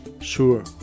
Sure